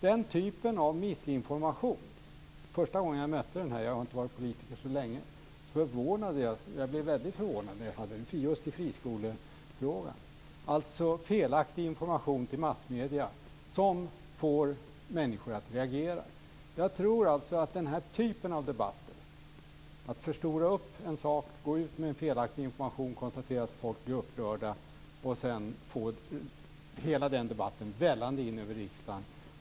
Första gången jag mötte den typen av desinformation - jag har inte varit politiker så länge - blev jag väldigt förvånad. Det var just i friskolefrågan. Det är felaktig information till massmedierna som får människor att reagera. I denna typ av debatt förstorar man en sak, går ut med felaktig information och konstaterar att folk blir upprörda. Sedan får man hela den debatten vällande in över riksdagen.